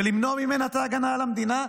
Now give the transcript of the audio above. ולמנוע ממנה את ההגנה על המדינה.